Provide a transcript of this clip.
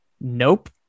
nope